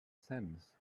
sense